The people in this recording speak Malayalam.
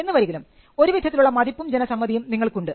എന്നുവരികിലും ഒരു വിധത്തിലുള്ള മതിപ്പും ജനസമ്മതിയും നിങ്ങൾക്കുണ്ട്